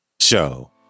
Show